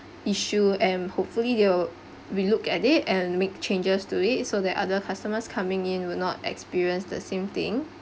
issue and hopefully they will relook at it and make changes to it so that other customers coming in will not experience the same thing